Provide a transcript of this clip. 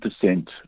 percent